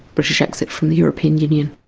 british exit from the european union.